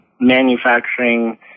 manufacturing